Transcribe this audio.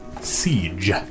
Siege